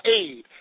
aid